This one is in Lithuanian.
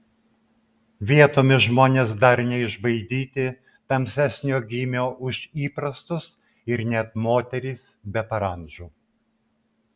vietomis žmonės dar neišbaidyti tamsesnio gymio už įprastus ir net moterys be parandžų